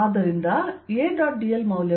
ಆದ್ದರಿಂದ A